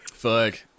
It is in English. fuck